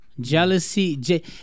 Jealousy